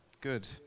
Good